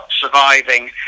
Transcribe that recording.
surviving